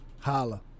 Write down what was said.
Holla